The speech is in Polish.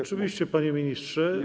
Oczywiście, panie ministrze.